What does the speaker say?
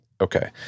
Okay